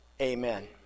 Amen